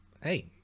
hey